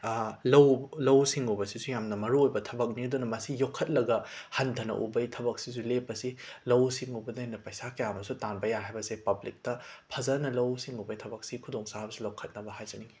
ꯂꯧ ꯂꯧꯎ ꯁꯤꯡꯎꯕꯁꯤꯁꯨ ꯌꯥꯝꯅ ꯃꯔꯨ ꯑꯣꯏꯕ ꯊꯕꯛꯅꯤ ꯑꯗꯨꯅ ꯃꯁꯤ ꯌꯣꯛꯈꯠꯂꯒ ꯍꯟꯊꯅ ꯎꯕꯒꯤ ꯊꯕꯛꯁꯤꯁꯨ ꯂꯦꯞꯄꯁꯤ ꯂꯧꯎ ꯁꯤꯡꯎꯕꯅ ꯍꯦꯟꯅ ꯄꯩꯁꯥ ꯀꯌꯥ ꯑꯃꯁꯨ ꯇꯥꯟꯕ ꯌꯥꯏ ꯍꯥꯏꯕꯁꯦ ꯄꯕ꯭ꯂꯤꯛꯇ ꯐꯖꯅ ꯂꯧꯎ ꯁꯤꯡꯎꯕꯩ ꯊꯕꯛꯁꯤ ꯈꯨꯗꯣꯡꯆꯥꯕꯁꯨ ꯂꯧꯈꯠꯅꯕ ꯍꯥꯏꯖꯅꯤꯡꯏ